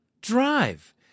drive